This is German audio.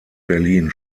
berlin